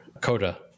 Coda